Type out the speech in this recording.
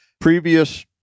previous